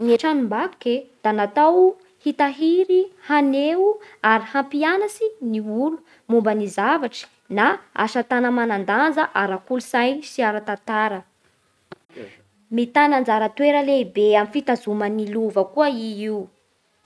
Gny e tranombakoky e, da natao hitahiry, haneho ary hampianatsy ny olo momba ny zavatry na ny asa-tana manan-daja ara-kolotsay sy ara-tantara. Miatana anajara toera lehibe amy fitazoma ny lova koa i io.